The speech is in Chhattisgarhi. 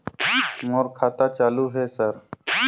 मोर खाता चालु हे सर?